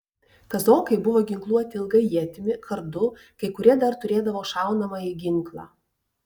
kazokai buvo ginkluoti ilga ietimi kardu kai kurie dar turėdavo šaunamąjį ginklą